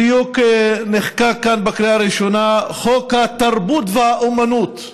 בדיוק נחקק כאן בקריאה ראשונה חוק התרבות והאומנות.